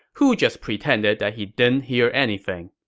who just pretended that he didn't hear anything.